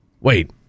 Wait